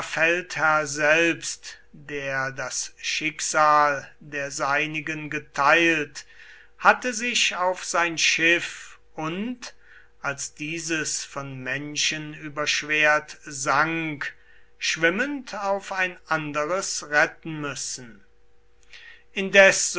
feldherr selbst der das schicksal der seinigen geteilt hatte sich auf sein schiff und als dieses von menschen überschwert sank schwimmend auf ein anderes retten müssen indes